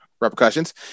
repercussions